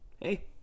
Hey